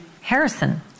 Harrison